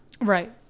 Right